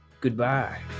Goodbye